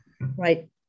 Right